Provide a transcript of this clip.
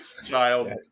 Child